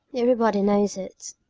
everybody knows it,